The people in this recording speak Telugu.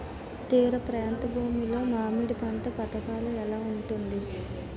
తీర ప్రాంత భూమి లో మామిడి పంట పథకాల ఎలా ఉంటుంది?